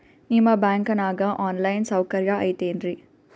ನಿಮ್ಮ ಬ್ಯಾಂಕನಾಗ online ಸೌಕರ್ಯ ಐತೇನ್ರಿ?